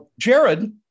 Jared